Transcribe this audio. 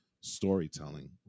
storytelling